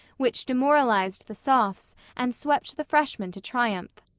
which demoralized the sophs and swept the freshmen to triumph.